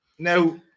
Now